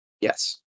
Yes